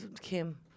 Kim